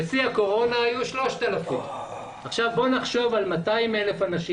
בשיא הקורונה היו 3,000. בוא נחשוב על 200 אלף אנשים,